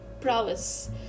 prowess